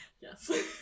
Yes